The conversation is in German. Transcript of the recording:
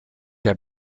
der